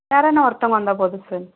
யாரான ஒருத்தவங்க வந்தால் போதும் சார்